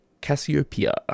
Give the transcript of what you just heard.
Cassiopeia